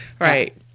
right